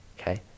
Okay